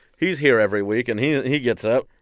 he's here every week and he and he gets up.